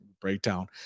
breakdown